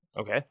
Okay